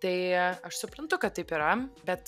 tai aš suprantu kad taip yra bet